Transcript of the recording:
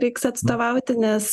reiks atstovauti nes